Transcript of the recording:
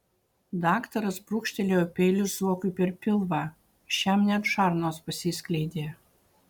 daktaras brūkštelėjo peiliu zuokui per pilvą šiam net žarnos pasiskleidė